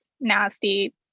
nasty